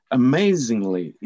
amazingly